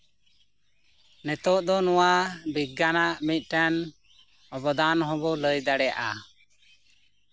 ᱱᱤᱛᱳᱜ ᱫᱚ ᱱᱚᱣᱟ ᱵᱤᱜᱽᱜᱟᱱᱟᱜ ᱢᱤᱫᱴᱟᱱ ᱚᱵᱚᱫᱟᱱ ᱦᱚᱸᱵᱚ ᱞᱟᱹᱭ ᱫᱟᱲᱮᱭᱟᱜᱼᱟ